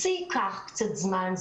זה ייקח קצת זמן,